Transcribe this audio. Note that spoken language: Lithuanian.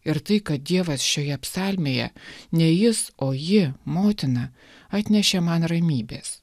ir tai kad dievas šioje psalmėje ne jis o ji motina atnešė man ramybės